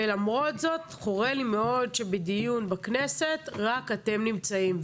ולמרות זאת חורה לי מאוד שבדיון בכנסת רק אתם נמצאים.